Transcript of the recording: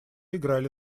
играли